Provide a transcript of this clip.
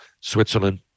switzerland